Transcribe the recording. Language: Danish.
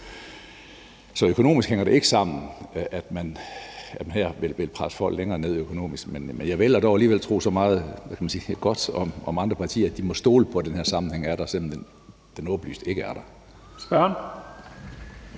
Så økonomisk hænger det ikke sammen, at man her vil presse folk længere ned økonomisk, men jeg vælger dog alligevel at tro så meget godt om andre partier, at de må stole på, at den her sammenhæng er der, selv om den åbenlyst ikke er der.